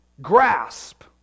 grasp